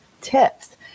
tips